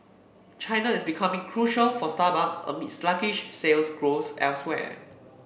China is becoming crucial for Starbucks amid sluggish sales growth elsewhere